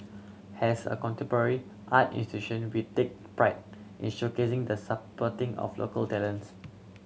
has a contemporary art institution we take pride in showcasing the supporting of local talents